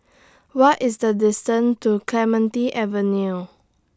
What IS The distance to Clementi Avenue